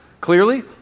clearly